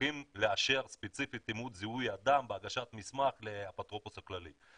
שצריכים לאשר ספציפית אימות זיהוי אדם בהגשת מסמך לאפוטרופוס הכללי.